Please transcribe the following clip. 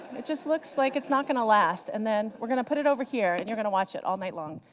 it just looks like it's not going to last. and then, we're going to put it over here, and you're going to watch it all night long,